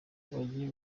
bagiye